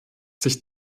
sich